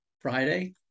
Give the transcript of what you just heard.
Friday